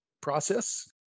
process